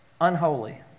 unholy